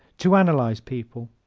to analyze people